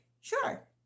sure